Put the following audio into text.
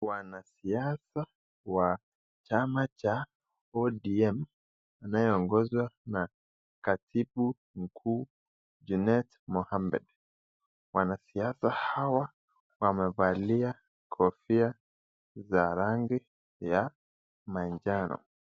Wanasiasa wa chama cha ODM inayoongozwa na katibu mkuu Junet Mohammed. Wanasiasa hawa wamevalia kofia za rangi ya manjano.